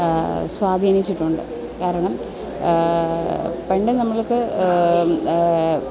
സ്വാധീനിച്ചിട്ടുണ്ട് കാരണം പണ്ട് നമ്മൾക്ക്